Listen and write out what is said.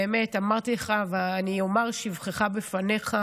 באמת, אמרתי לך, ואני אומר שבחך בפניך: